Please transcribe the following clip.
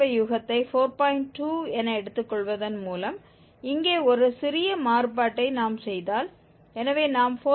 2 என எடுத்துக்கொள்வதன் மூலம் இங்கே ஒரு சிறிய மாறுபாட்டை நாம் செய்தால் எனவே நாம் 4